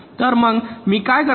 तर मग मी काय करावे